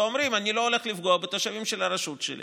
ואומרים: אני לא הולך לפגוע בתושבים של הרשות שלי